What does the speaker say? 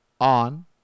on